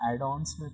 Add-ons